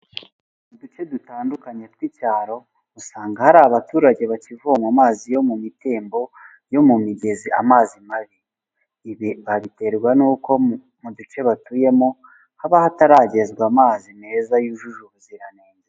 Uduce dutandukanye tw'icyaro usanga hari abaturage bakivoma amazi yo mu mitembo yo mu migezi amazi mabi, ibi babiterwa n'uko mu duce batuyemo haba hataragezwa amazi meza yujuje ubuziranenge.